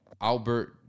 Albert